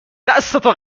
دستتو